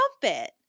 trumpet